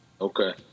Okay